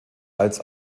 als